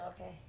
okay